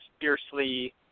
fiercely